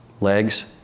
legs